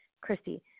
Christy